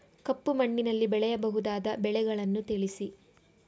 ಕಪ್ಪು ಮಣ್ಣಿನಲ್ಲಿ ಬೆಳೆಯಬಹುದಾದ ಬೆಳೆಗಳನ್ನು ತಿಳಿಸಿ?